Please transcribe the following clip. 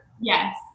yes